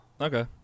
Okay